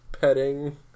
petting